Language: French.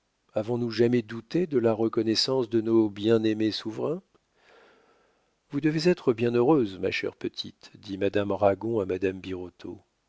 avons-nous jamais douté de la reconnaissance de nos bien-aimés souverains vous devez être bien heureuse ma chère petite dit madame ragon à madame